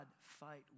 fight